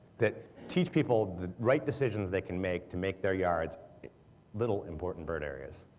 that teach people the right decisions they can make to make their yards little important bird areas.